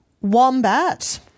Wombat